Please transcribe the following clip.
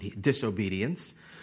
disobedience